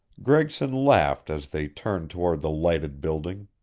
gregson laughed as they turned toward the lighted building.